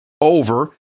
over